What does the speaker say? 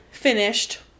Finished